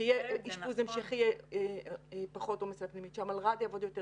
כשיהיה אשפוז המשך, כשהמלר"ד יעבוד טוב יותר,